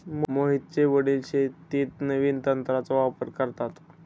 मोहितचे वडील शेतीत नवीन तंत्राचा वापर करतात